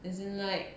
as in like